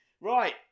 Right